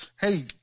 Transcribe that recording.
Hey